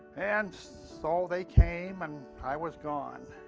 and so they came, and i was gone.